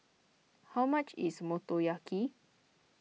how much is Motoyaki